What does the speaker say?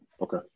Okay